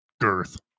Girth